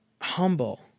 humble